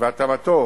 והקמתו